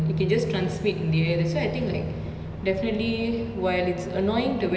I think the mask போடுரது:podurathu like really has helped to like curb the spread lah